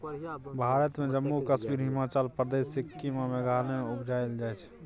भारत मे जम्मु कश्मीर, हिमाचल प्रदेश, सिक्किम आ मेघालय मे उपजाएल जाइ छै